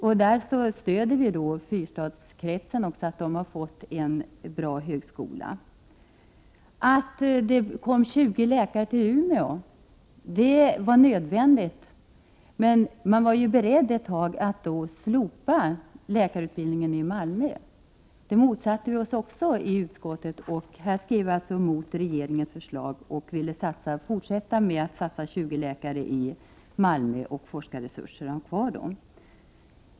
Vi stödjer också förslaget som gäller fyrstadskretsen, så att man där får en bra högskola. Att utbilda 20 läkare i Umeå är nödvändigt, men man var ett tag beredd att i samband därmed slopa läkarutbildningen i Malmö. Det motsatte vi oss i utskottet. Utskottet går alltså här mot regeringens förslag — vi vill även fortsättningsvis satsa på utbildning av 20 läkare i Malmö och ha kvar forskarresurser där.